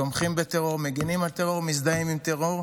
תומכים בטרור, מגינים על טרור, מזדהים עם טרור.